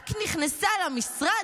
רק נכנסה למשרד,